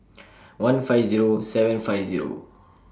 one five Zero seven five Zero